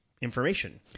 information